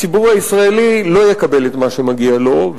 הציבור הישראלי לא יקבל את מה שמגיע לו,